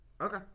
Okay